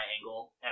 angle